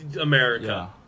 America